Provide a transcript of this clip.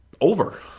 over